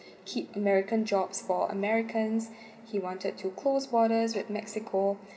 keep american jobs for americans he wanted to cross borders with mexico